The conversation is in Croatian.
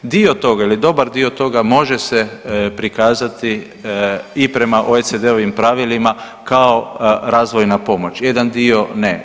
Dio tog ili dobar dio toga može se prikazati i prema OECD-ovim pravilima kao razvojna pomoć, jedan dio ne.